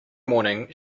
morning